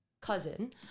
cousin